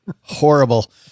Horrible